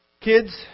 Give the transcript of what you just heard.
Kids